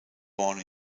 born